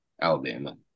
Alabama